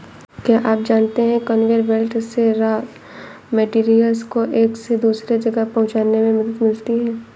क्या आप जानते है कन्वेयर बेल्ट से रॉ मैटेरियल्स को एक से दूसरे जगह पहुंचने में मदद मिलती है?